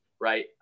right